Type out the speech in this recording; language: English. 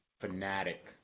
fanatic